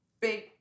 big